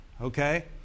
Okay